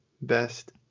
best